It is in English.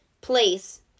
place